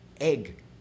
egg